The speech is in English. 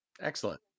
Excellent